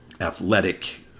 athletic